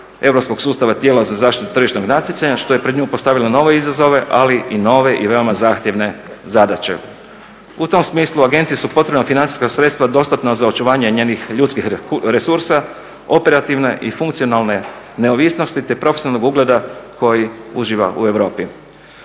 europskog sustava tijela za zaštitu tržišnog natjecanja što je pred nju postavilo nove izazove, ali i nove i veoma zahtjevne zadaće. U tom smislu agenciji su potrebna financijska sredstva dostatna za očuvanje njenih ljudskih resursa, operativne i funkcionalne neovisnosti, te profesionalnog ugleda koji uživa u Europi.